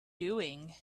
doing